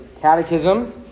Catechism